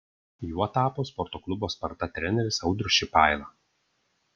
juo tapo sporto klubo sparta treneris andrius šipaila